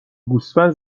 گوسفند